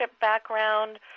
background